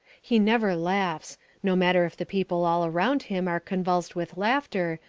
he never laughs no matter if the people all round him are convulsed with laughter,